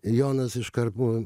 jonas iškart buvo